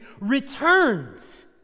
returns